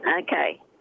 Okay